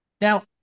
Now